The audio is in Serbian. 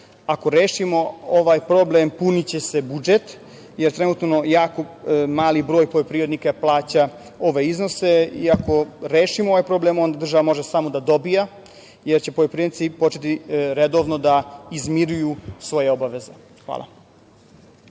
Ako rešimo ovaj problem puniće se budžet, jer trenutno jako mali broj poljoprivrednika plaća ove iznose i ako rešimo ovaj problem onda država može samo da dobija, jer će poljoprivrednici početi redovno da izmiruju svoje obaveze. Hvala.